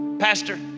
Pastor